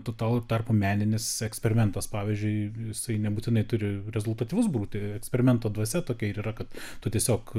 tuo tarpu meninis eksperimentas pavyzdžiui jisai nebūtinai turi rezultatyvus būti eksperimento dvasia tokia ir yra kad tu tiesiog